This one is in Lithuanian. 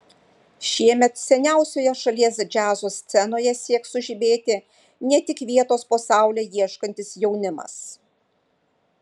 šiemet seniausioje šalies džiazo scenoje sieks sužibėti ne tik vietos po saule ieškantis jaunimas